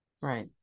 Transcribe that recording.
Right